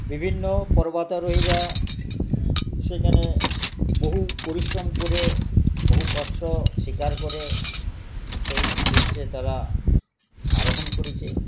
বিভিন্ন পর্বতারোহীরা সেখানে বহু পরিশ্রম করে বহু কষ্ট স্বীকার করে সেই শীর্ষে তারা আরোহণ করেছে